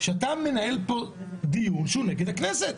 שאתה מנהל פה דיון שהוא נגד הכנסת.